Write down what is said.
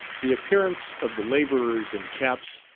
the appearance of the labourers in caps,